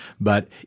But-